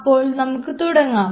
അപ്പോൾ നമുക്ക് തുടങ്ങാം